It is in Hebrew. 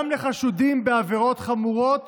גם לחשודים בעבירות חמורות